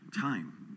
Time